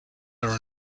are